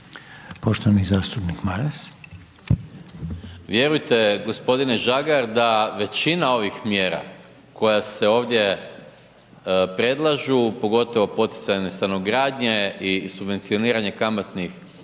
Gordan (SDP)** Vjerujte gospodine Žagar da većina ovih mjera koja se ovdje predlažu, pogotovo poticajne stanogradnje i subvencioniranje kamatnih